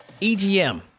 EGM